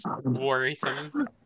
Worrisome